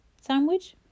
Sandwich